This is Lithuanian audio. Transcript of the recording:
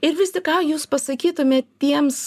ir vis tik ką jūs pasakytumėt tiems